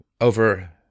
over